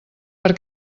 per